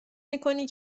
میکنی